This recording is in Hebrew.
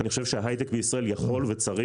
אני חושב שההיי-טק בישראל יכול וצריך,